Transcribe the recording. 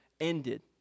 ended